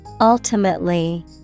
Ultimately